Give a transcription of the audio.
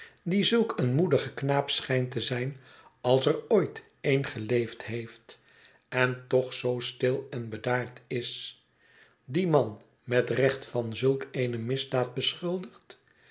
die zulk een moedige knaap schijnt te zijn als er ooit een geleefd heeft en toch zoo stil en bedaard is die man met recht van zulk eene misdaad beschuldigd